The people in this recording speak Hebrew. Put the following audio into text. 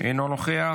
אינו נוכח,